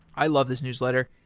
i love this newsletter.